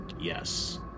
Yes